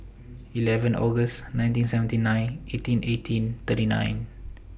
eleven August nineteen seventy eight eighteen eighteen thirty nine